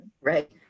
Right